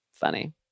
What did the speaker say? Funny